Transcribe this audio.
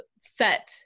set